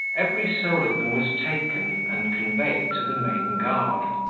every soul of them was taken, and conveyed to the main-guard.